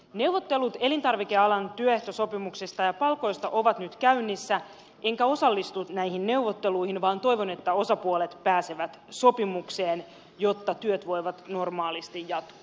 neuvottelut elintarvikealan työehtosopimuksista ja palkoista ovat nyt käynnissä enkä osallistunut näihin neuvotteluihin vaan toivon että osapuolet pääsevät sopimukseen jotta työt voivat normaalisti jatkua